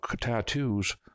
tattoos